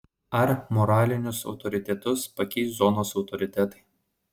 ar moralinius autoritetus pakeis zonos autoritetai